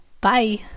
Bye